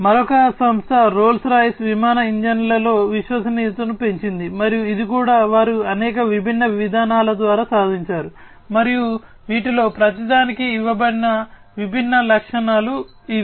మరొక సంస్థ Rolls Royce విమాన ఇంజిన్లలో విశ్వసనీయతను పెంచింది మరియు ఇది కూడా వారు అనేక విభిన్న విధానాల ద్వారా సాధించారు మరియు వీటిలో ప్రతిదానికి ఇవ్వబడిన విభిన్న లక్షణాలు ఇవి